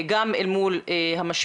גם אל מול המשבר,